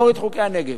להוריד את חוקי הנגב.